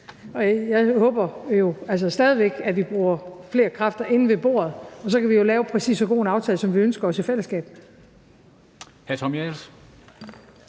Jeg håber altså stadig væk, at vi bruger flere kræfter inde ved bordet, for så kan vi jo lave præcis så god en aftale, som vi ønsker os, i fællesskab.